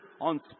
On